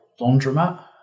laundromat